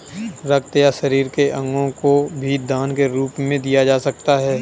रक्त या शरीर के अंगों को भी दान के रूप में दिया जा सकता है